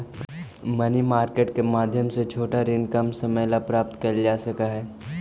money market के माध्यम से छोटा ऋण कम समय ला प्राप्त कैल जा सकऽ हई